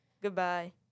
Goodbye